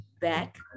back